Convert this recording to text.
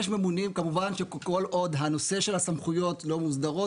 כמובן שכל עוד הנושא של הסמכויות לא מוסדרות,